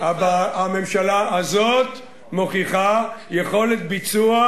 אבל הממשלה הזאת מוכיחה יכולת ביצוע,